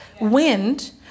wind